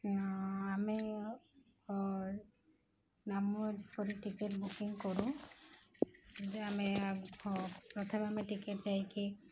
ଆମେ ନାମ କରି ଟିକେଟ ବୁକିଂ କରୁ ଯେ ଆମେ ପ୍ରଥମେ ଆମେ ଟିକେଟ ଯାଇକି